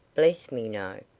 bless me, no.